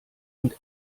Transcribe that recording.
und